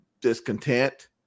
discontent